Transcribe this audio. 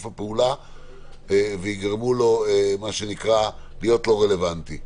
הפעולה ויגרמו לו מה שנקרא להיות לא רלוונטי.